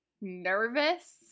nervous